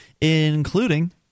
including